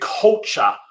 culture